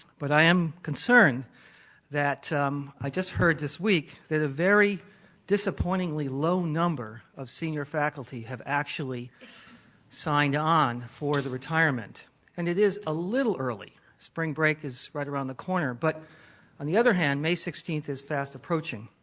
but i am concerned that i just heard this week at a very disappointingly low number of senior faculty have actually signed on for the retirement and it is a little early. spring break is right around the corner. but on the other hand, may sixteenth is best approaching.